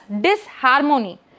disharmony